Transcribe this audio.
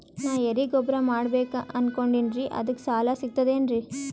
ನಾ ಎರಿಗೊಬ್ಬರ ಮಾಡಬೇಕು ಅನಕೊಂಡಿನ್ರಿ ಅದಕ ಸಾಲಾ ಸಿಗ್ತದೇನ್ರಿ?